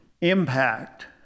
impact